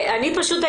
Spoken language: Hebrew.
פשוט,